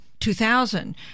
2000